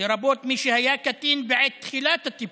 לרבות מי שהיה קטין בעת תחילת הטיפול,